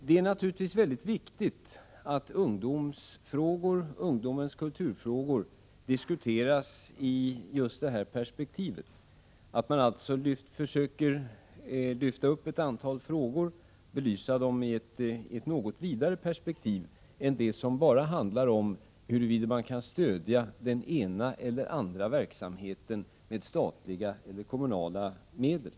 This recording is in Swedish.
Det är naturligtvis mycket viktigt att frågor som rör ungdomens kulturella verksamhet diskuteras i just det här perspektivet — att man alltså försöker lyfta fram ett antal frågor och belysa dem i ett något vidare perspektiv än det som bara gäller huruvida man kan stödja den ena eller den andra verksamheten med statliga eller kommunala medel.